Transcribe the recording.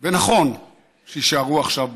ונכון שיישארו עכשיו בארץ.